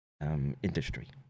industry